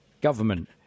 government